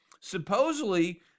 supposedly